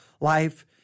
life